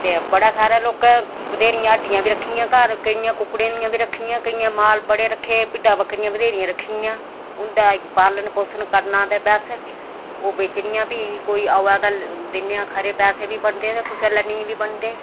ते बड़े सारे लोकें बथेरियां हट्टियां बी रक्खियां घर केइयें कुक्कड़ियां बी रक्खियां केइयें माल बड़े रक्खे दे भिड्डां बक्करियां बत्थेरियां रक्खी दियां उंदा इक पालन पोशन करना ते बस ओह् बेचनियां फ्ही कोई आवै तां दिन्ने आं खरे पैसे बी बनदे ते कुसै लै नेईं बी बनदे